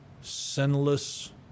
sinless